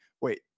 wait